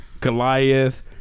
Goliath